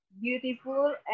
beautiful